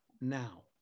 now